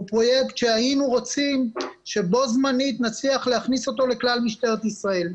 הוא פרויקט שהיינו רוצים שבו זמנית נצליח להכניס אותו לכלל משטרת ישראל.